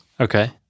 Okay